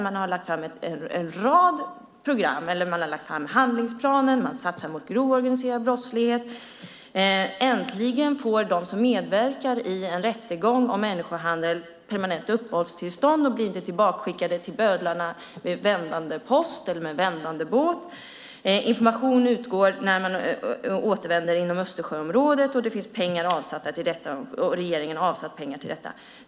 Man har tagit fram en handlingsplan och gör satsningar mot grov organiserad brottslighet. Äntligen får de som medverkar i en rättegång om människohandel permanent uppehållstillstånd och blir inte tillbakaskickade till bödlarna med vändande båt. Information utgår när man återvänder inom Östersjöområdet. Regeringen har avsatt pengar till detta.